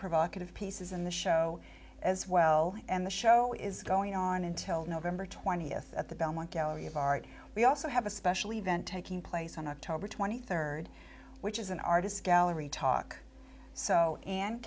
provocative pieces in the show as well and the show is going on until november twentieth at the belmont gallery of art we also have a special event taking place on october twenty third which is an artist's gallery talk so and